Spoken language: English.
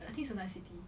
I think it's a nice city